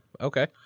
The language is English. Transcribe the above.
Okay